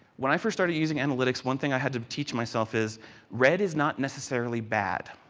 when i first started using analytics, one thing i had to teach myself is red is not necessarily bad.